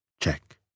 Check